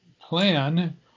plan